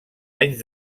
anys